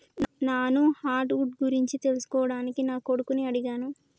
నాను hardwood గురించి తెలుసుకోవడానికి నా కొడుకుని అడిగాను